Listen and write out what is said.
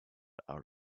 out